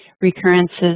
recurrences